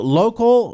local